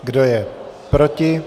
Kdo je proti?